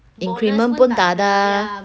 increment pun tak ada